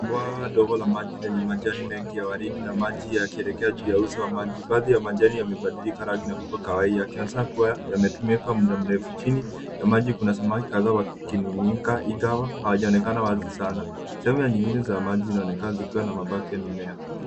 Bwawa dogo la maji lenye majani mengi ya waridi na maji yakielekea juu ya uso wa maji. Baadhi ya majani yamebadilika rangi na kuwa kahawia, yakionyesha kuwa yametumika kwa muda mrefu. Chini ya maji kuna samaki kadhaa wakinung'unika ingawa hawajaonekana wazi sana. Sehemu nyingine za maji zinaonekana zikiwa na mabaki ya mimea.